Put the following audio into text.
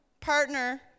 partner